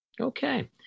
Okay